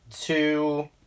two